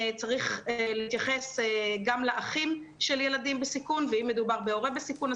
צריך להתייחס גם לאחים של ילדים בסיכון ואם מדובר בהורה סיכון,